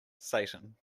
satan